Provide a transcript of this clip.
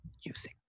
Using